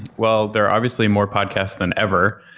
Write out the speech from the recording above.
well, there are obviously more podcasts than ever,